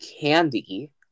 Candy